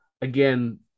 again